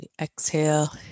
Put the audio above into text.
Exhale